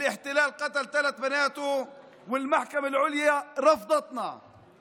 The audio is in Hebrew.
שהכיבוש רצח את שלוש בנותיו, ושוב בג"ץ סירב לנו.